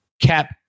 cap